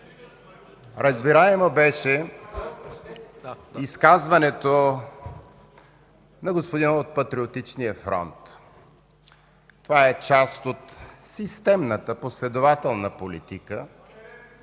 разбираемо беше изказването на господина от Патриотичния фронт. Това е част от системната, последователна политика,